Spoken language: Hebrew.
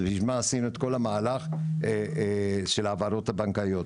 אז בשביל מה עשינו את כל המהלך של ההעברות הבנקאיות.